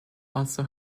also